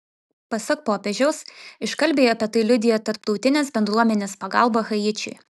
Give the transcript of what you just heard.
pasak popiežiaus iškalbiai apie tai liudija tarptautinės bendruomenės pagalba haičiui